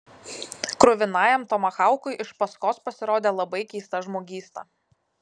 kruvinajam tomahaukui iš paskos pasirodė labai keista žmogysta